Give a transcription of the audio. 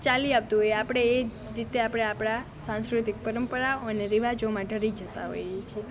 ચાલી આવતું હોય એ આપણે એ રીતે આપણે આપણાં સાંસ્કૃતિક પરંપરા અને રિવાજો માટે રહી જતાં હોઈએ છે